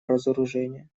разоружения